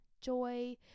joy